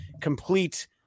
complete